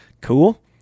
Cool